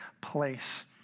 place